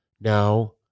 now